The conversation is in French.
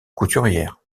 couturière